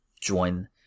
join